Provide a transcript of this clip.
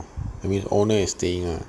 means owner is staying ah